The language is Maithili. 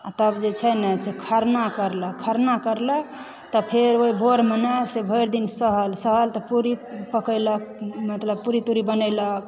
आ तब जे छै नऽ खरना करलक खरना करलक तब फेर ओहि भोरमे न से भरि दिन सहल सहल तऽ पूरी पकयलक मतलब पूरी तूरी बनयलक